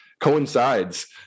coincides